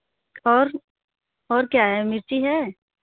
और और क्या है मिर्च है